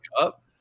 up